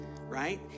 right